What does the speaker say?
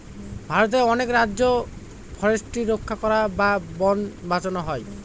ভারতের অনেক রাজ্যে ফরেস্ট্রি রক্ষা করা বা বোন বাঁচানো হয়